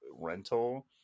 rental